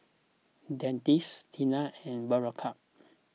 Dentiste Tena and Berocca